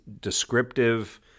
descriptive